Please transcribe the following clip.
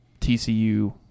TCU